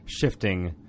Shifting